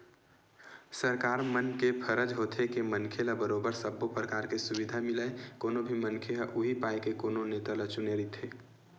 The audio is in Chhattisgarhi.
सरकार मन के फरज होथे के मनखे ल बरोबर सब्बो परकार के सुबिधा मिलय कोनो भी मनखे ह उहीं पाय के कोनो नेता ल चुने रहिथे